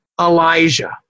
Elijah